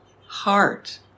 heart